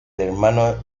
hermano